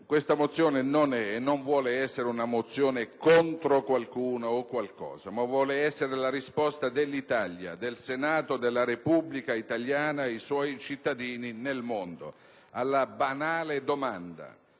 questa mozione non è e non vuole essere una mozione contro qualcuno o qualcosa, ma vuole essere la risposta dell'Italia, del Senato della Repubblica italiana ai suoi cittadini nel mondo alla banale domanda: